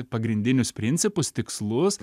pagrindinius principus tikslus